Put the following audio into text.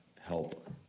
help